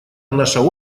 наша